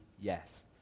yes